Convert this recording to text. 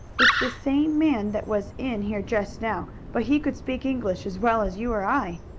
it's the same man that was in here just now, but he could speak english as well as you or i.